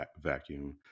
vacuum